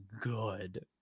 good